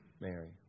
Mary